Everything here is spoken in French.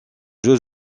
jeux